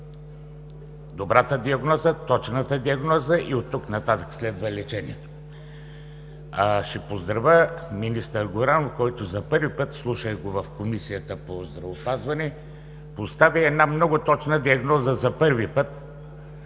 добрата диагноза, точната диагноза и оттук нататък следва лечението. Ще поздравя министър Горанов, който за първи път, слушах го в Комисията по здравеопазване, поставя една много точна диагноза на